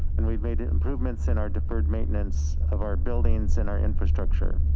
and we've made improvements in our deferred maintenance of our buildings and our infrastructure.